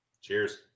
Cheers